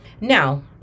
Now